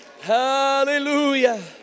Hallelujah